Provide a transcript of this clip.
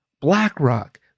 BlackRock